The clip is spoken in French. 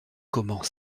comment